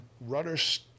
rudders